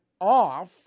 off